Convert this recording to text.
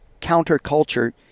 counterculture